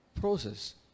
Process